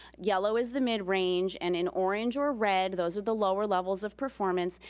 yellow is the mid-range. and in orange or red, those are the lower levels of performance.